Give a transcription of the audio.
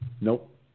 Nope